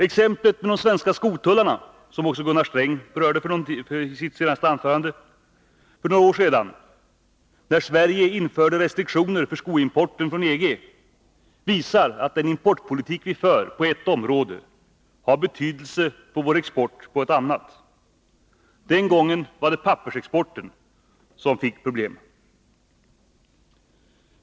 Exemplet med de svenska skotullarna — som även Gunnar Sträng berörde i sitt anförande — för några år sedan, när Sverige införde restriktioner för skoimporten från EG, visar att den importpolitik vi för på ett område har betydelse för vår export på ett annat. Den gången var det pappersexporten som fick problem.